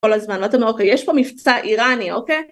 כל הזמן, אתה אומר, אוקיי, יש פה מבצע איראני, אוקיי?